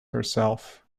herself